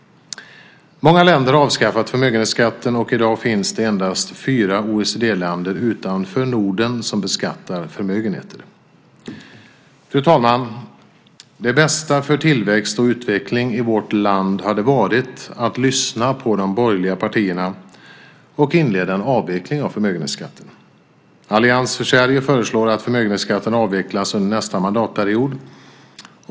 Många länder har avskaffat förmögenhetsskatten. I dag finns det endast fyra OECD-länder utanför Norden som beskattar förmögenheter. Fru talman! Det bästa för tillväxt och utveckling i vårt land hade varit att lyssna på de borgerliga partierna och inleda en avveckling av förmögenhetsskatten. Allians för Sverige föreslår att förmögenhetsskatten avvecklas under nästa mandatperiod.